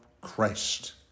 Christ